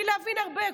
בלי להבין הרבה,